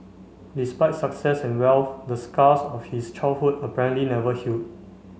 despite success and wealth the scars of his childhood apparently never healed